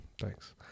Thanks